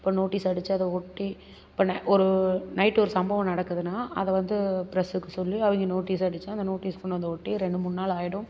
இப்போ நோட்டீஸ் அடிச்சு அத ஒட்டி இப்போ ந ஒரு நைட்டு ஒரு சம்பவம் நடக்குதுன்னா அதை வந்து ப்ரஸ்ஸுக்கு சொல்லி அவங்க நோட்டீஸு அடிச்சு அந்த நோட்டீஸ் கொண்டு வந்து ஒட்டி ரெண்டு மூணு நாள் ஆகிடும்